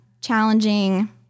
challenging